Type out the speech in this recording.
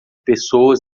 pessoas